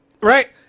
right